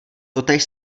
totéž